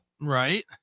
Right